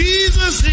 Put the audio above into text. Jesus